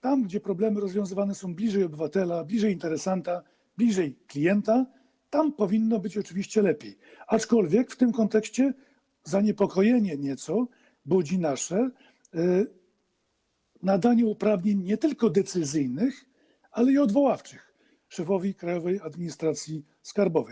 Tam gdzie problemy rozwiązywane są bliżej obywatela, bliżej interesanta, bliżej klienta, powinno być oczywiście lepiej, aczkolwiek w tym kontekście nasze zaniepokojenie budzi nieco nadanie uprawnień nie tylko decyzyjnych, ale i odwoławczych szefowi Krajowej Administracji Skarbowej.